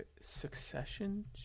succession